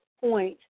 point